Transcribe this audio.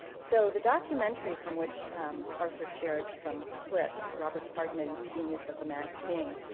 so the documentary from which arthur shared some clips, robert hardman's genius of the mad king,